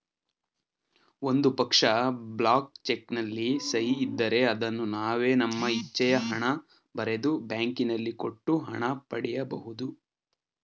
ಒಂದು ಪಕ್ಷ, blank cheque ನಲ್ಲಿ ಸಹಿ ಇದ್ದರೆ ಅದನ್ನು ನಾವೇ ನಮ್ಮ ಇಚ್ಛೆಯ ಹಣ ಬರೆದು, ಬ್ಯಾಂಕಿನಲ್ಲಿ ಕೊಟ್ಟು ಹಣ ಪಡಿ ಬಹುದು